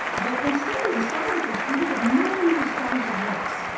but instead, as scientists, we look at millions of stars at once.